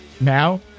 Now